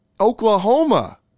Oklahoma